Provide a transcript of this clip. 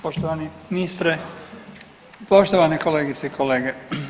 Poštovani ministre, poštovane kolegice i kolege.